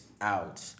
out